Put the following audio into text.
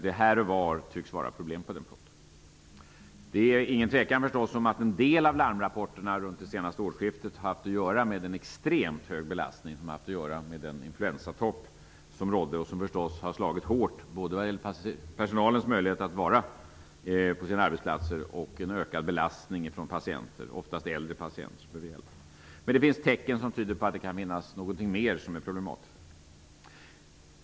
Det råder förstås inget tvivel om att en del av larmrapporterna från det senaste årsskiftet haft att göra med en extremt hög belastning. Den har i sin tur haft att göra med den influensatopp som rådde, som förstås har slagit hårt när det gäller både personalens möjligheter att vara på sina arbetsplatser och att ett ökat antal oftast äldre patienter har behövt hjälp. Men det finns tecken som tyder på att det kan finnas någonting mer som är problematiskt.